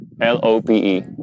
L-O-P-E